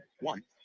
One